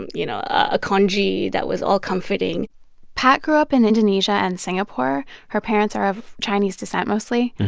and you know, a congee that was all-comforting pat grew up in indonesia and singapore. her parents are of chinese descent, mostly.